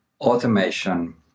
automation